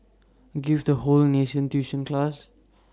give the whole nation tuition class